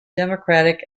democratic